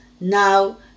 now